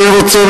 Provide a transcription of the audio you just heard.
אני רוצה,